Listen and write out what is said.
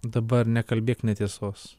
dabar nekalbėk netiesos